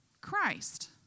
Christ